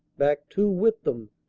back too with them,